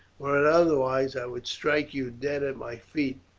were it otherwise, i would strike you dead at my feet.